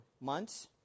months